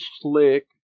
slick